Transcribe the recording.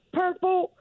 purple